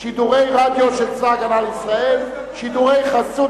שידורי רדיו של צבא-הגנה לישראל (שידורי חסות